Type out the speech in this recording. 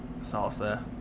salsa